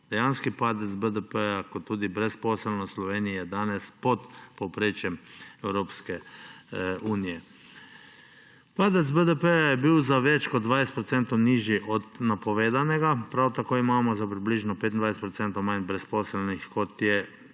Dejanski padec BDP in tudi brezposelnost v Slovenij je danes pod povprečjem Evropske unije. Padec BDP je bil za več kot 20 % nižji od napovedanega. Prav tako imamo za približno 25 % manj brezposelnih, kot je izhajalo